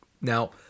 Now